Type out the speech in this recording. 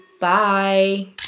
Bye